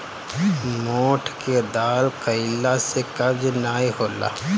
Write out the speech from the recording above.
मोठ के दाल खईला से कब्ज नाइ होला